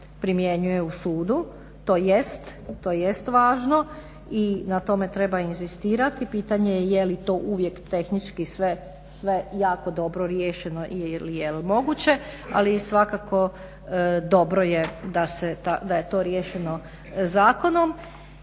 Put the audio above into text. primjenjuje u sudu. To jest važno i na tome treba inzistirati i pitanje jeli to uvijek tehnički sve jako dobro riješeno ili jel moguće ali svakako dobro je da je to riješeno zakonom.